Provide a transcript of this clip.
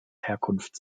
herkunft